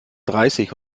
dreißig